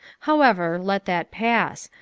however, let that pass,